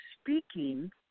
speaking